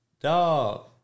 Dog